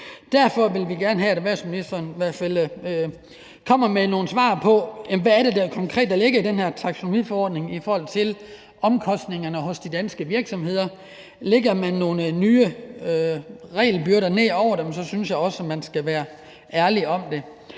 Derfor vil vi gerne have, at erhvervsministeren i hvert fald kommer med nogle svar på, hvad det er, der konkret ligger i den her taksonomiforordning i forhold til omkostningerne hos de danske virksomheder. Lægger man nogle nye regelbyrder ned over dem, synes jeg også, man skal være ærlig om det.